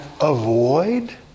avoid